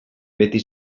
beti